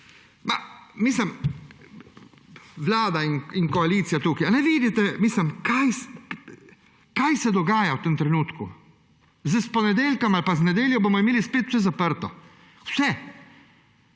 Vlada in koalicija, ali ne vidite, kaj se dogaja v tem trenutku? S ponedeljkom ali pa z nedeljo bomo imeli spet vse zaprto, vse.